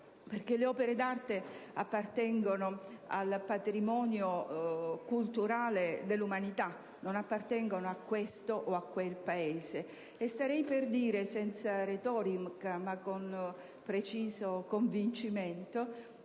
perché le opere d'arte appartengono al patrimonio culturale dell'umanità, non a questo o a quel Paese. Starei per dire, senza retorica, ma con preciso convincimento,